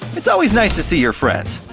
it's always nice to see your friends!